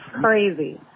crazy